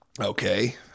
okay